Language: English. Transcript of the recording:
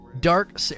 Dark